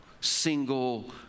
single